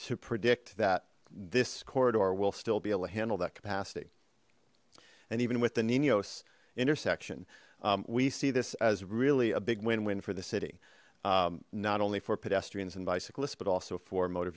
to predict that this corridor will still be able to handle that capacity and even with the ninos intersection we see this as really a big win win for the city not only for pedestrians and bicyclists but also for motor